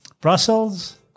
Brussels